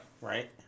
Right